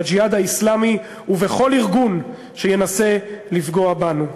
ב"ג'יהאד האסלאמי" ובכל ארגון שינסה לפגוע בנו.